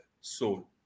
soul